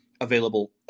available